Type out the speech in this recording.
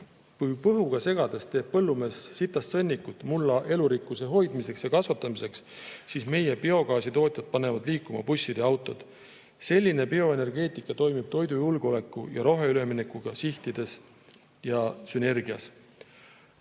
Kui põhuga segades teeb põllumees sitast sõnnikut mulla elurikkuse hoidmiseks ja kasvatamiseks, siis meie biogaasitootjad panevad liikuma bussid ja autod. Selline bioenergeetika toimib toidujulgeoleku ja roheülemineku sihtidega sünergias.